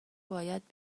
باید